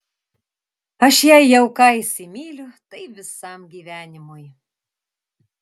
aš jei jau ką įsimyliu tai visam gyvenimui